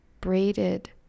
braided